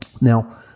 Now